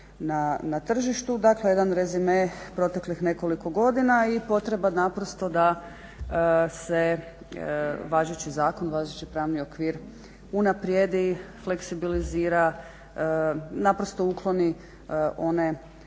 na tržištu, dakle jedan rezime proteklih nekoliko godina i potreba naprosto da se važeći zakon, važeći pravni okvir unaprijedi, fleksibilizira, naprosto ukloni one